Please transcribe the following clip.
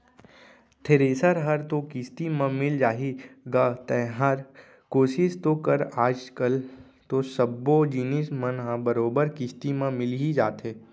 thresher हर तो किस्ती म मिल जाही गा तैंहर कोसिस तो कर आज कल तो सब्बो जिनिस मन ह बरोबर किस्ती म मिल ही जाथे